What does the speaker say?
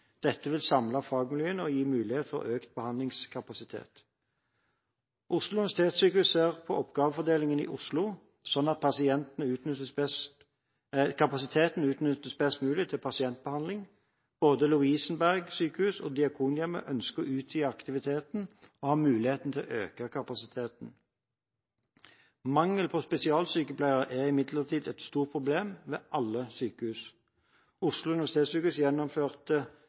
Dette vil samle fagmiljøene og gi mulighet for økt behandlingskapasitet. Oslo universitetssykehus ser på oppgavefordelingen i Oslo, slik at kapasiteten utnyttes best mulig til pasientbehandling. Både Lovisenberg sykehus og Diakonhjemmet ønsker å utvide aktiviteten og har mulighet til å øke kapasiteten. Mangel på spesialsykepleiere er imidlertid et stort problem ved alle sykehus. Oslo universitetssykehus